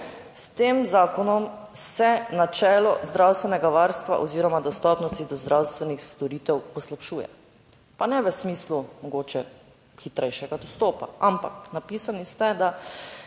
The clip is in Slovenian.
S tem zakonom se načelo zdravstvenega varstva oziroma dostopnosti do zdravstvenih storitev poslabšuje, pa ne v smislu mogoče hitrejšega dostopa, ampak napisali ste, da